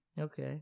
okay